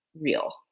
real